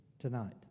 Tonight